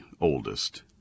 oldest